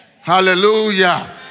Hallelujah